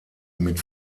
mit